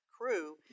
crew